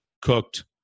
cooked